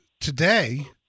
today